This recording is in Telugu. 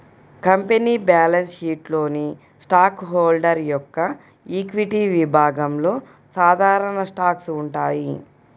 కంపెనీ బ్యాలెన్స్ షీట్లోని స్టాక్ హోల్డర్ యొక్క ఈక్విటీ విభాగంలో సాధారణ స్టాక్స్ ఉంటాయి